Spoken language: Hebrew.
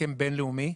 הסכם בינלאומי.